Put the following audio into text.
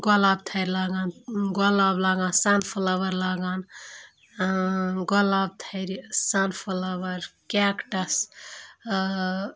گۄلاب تھَرِ لاگان گۄلاب لاگان سَن فٕلاوَر لاگان گۄلاب تھَرِ سَن فٕلاوَر کٮ۪کٹَس